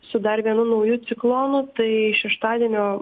su dar vienu nauju ciklonu tai šeštadienio